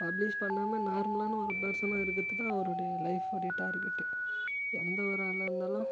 publish பண்ணாமல் நார்மலான ஒரு பர்சனாக இருக்குறதுக்கு அவருடைய லைஃப் உடைய டார்கெட்டே எந்த ஒரு ஆளாக இருந்தாலும்